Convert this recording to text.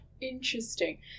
Interesting